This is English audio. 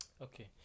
Okay